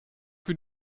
für